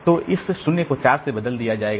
तो इस 0 को 4 से बदल दिया जाएगा